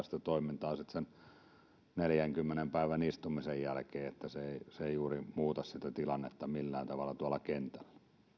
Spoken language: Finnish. sitä toimintaa sen neljänkymmenen päivän istumisen jälkeenkin se ei juuri muuta sitä tilannetta millään tavalla tuolla kentällä